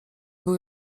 był